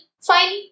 fine